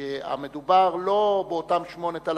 שהמדובר לא באותם 8,000